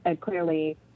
Clearly